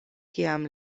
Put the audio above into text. kiam